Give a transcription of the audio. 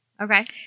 Okay